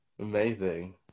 Amazing